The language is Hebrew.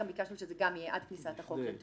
אלא ביקשנו שזה יהיה גם עד כניסת החוק לתוקף.